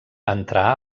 entrà